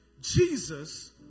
Jesus